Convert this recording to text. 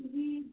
जी